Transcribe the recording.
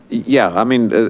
yeah, i mean,